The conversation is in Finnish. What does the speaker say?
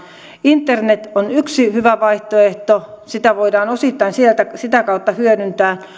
internet on yksi hyvä vaihtoehto ja sitä voidaan osittain sitä kautta hyödyntää